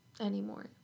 anymore